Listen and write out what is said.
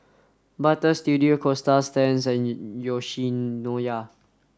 Butter Studio Coasta Stands and Yoshinoya